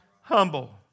Humble